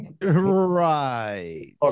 right